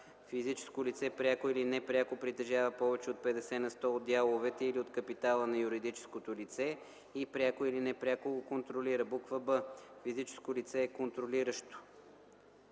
физическо лице пряко или непряко притежава повече от 50 на сто от дяловете или от капитала на юридическото лице и пряко или непряко го контролира; б) физическо лице е контролиращо